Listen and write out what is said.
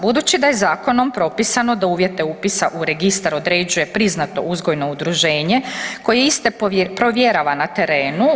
Budući da je zakonom propisano da uvjete upisa u registar određuje priznato uzgojno udruženje koje iste provjerava na terenu.